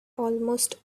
almost